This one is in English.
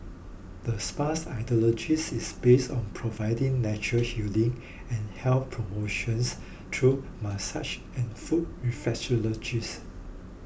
the spa's ideologies is based on providing natural healing and health promotions through massage and foot reflexologies